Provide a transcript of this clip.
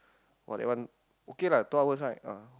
!wah! that one okay lah two hours right ah